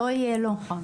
לא יהיה לו.